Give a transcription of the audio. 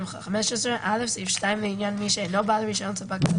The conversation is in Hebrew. התשע"ה-2015 - סעיף 2 לעניין מי שאינו בעל רישיון ספק גז,